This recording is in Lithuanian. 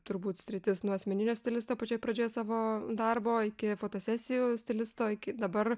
turbūt sritis nuo asmeninio stilisto pačioje pradžioje savo darbo iki fotosesijų stilisto iki dabar